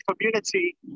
Community